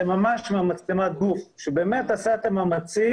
באמת רואים ממצלמת הגוף שהשוטר עשה מאמצים